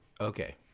Okay